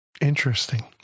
Interesting